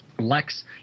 Lex